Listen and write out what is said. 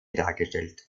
dargestellt